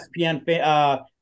ESPN